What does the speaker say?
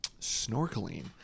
snorkeling